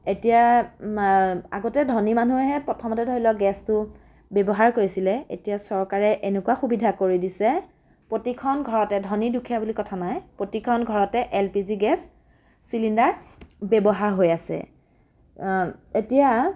এতিয়া আগতে ধনী মানুহেহে প্ৰথমতে ধৰি লওক গেছটো ব্যৱহাৰ কৰিছিলে এতিয়া চৰকাৰে এনেকুৱা সুবিধা কৰি দিছে প্ৰতিখন ঘৰতে ধনী দুখীয়া বুলি কথা নাই প্ৰতিখন ঘৰতে L P G gas cylinder ব্যৱহাৰ হৈ আছে এতিয়া